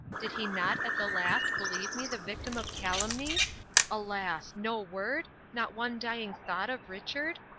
did he not at the last believe me the victim of calumny alas! no word? not one dying thought of richard?